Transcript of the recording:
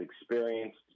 experienced